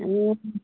ए